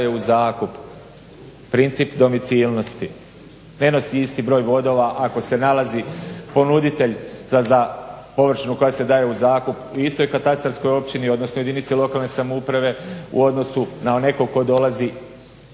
u zakup". Princip domicilnosti. Ne nosi isti broj bodova ako se nalazi ponuditelj za površinu koja se daje u zakup u istoj katastarskoj općini odnosno jedinici lokalne samouprave u odnosu na nekog tko dolazi